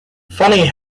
funny